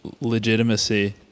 legitimacy